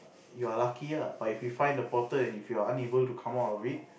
you're lucky lah but if you find the portal and if you are unable to come out of it